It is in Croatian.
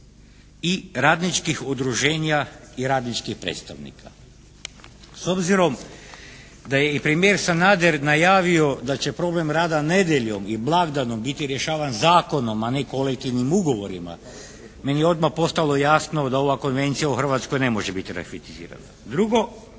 i radničkih udruženja i radničkih predstavnika. S obzirom da je i premijer Sanader najavio da će problem rada nedjeljom i blagdanom biti rješavan zakonom a ne kolektivnim ugovorima meni je odmah postalo jasno da ova konvencija u Hrvatskoj ne može biti ratificirana. Drugo,